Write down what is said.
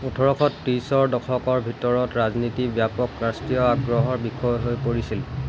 ওঠৰশ ত্ৰিছৰ দশকৰ ভিতৰত ৰাজনীতি ব্যাপক ৰাষ্ট্ৰীয় আগ্ৰহৰ বিষয় হৈ পৰিছিল